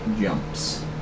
jumps